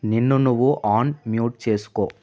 నిన్ను నువ్వు unmute చేసుకో